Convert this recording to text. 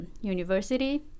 University